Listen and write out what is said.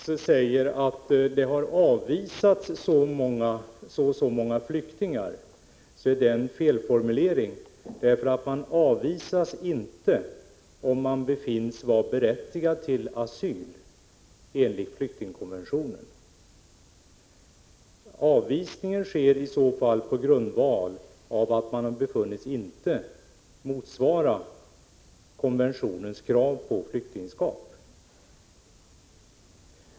Fru talman! När Alexander Chrisopoulos säger att si eller så många flyktingar har avvisats är detta en felformulering. En person avvisas nämligen inte om han befinns vara berättigad till asyl enligt flyktingkonventionen. Avvisningen sker i så fall på grundval av att han inte befunnits motsvara konventionens krav på flyktingskap.